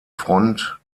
front